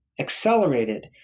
accelerated